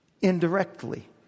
indirectly